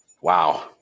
Wow